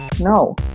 No